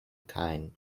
kine